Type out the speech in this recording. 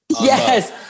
Yes